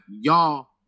y'all